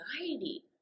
anxiety